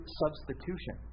substitution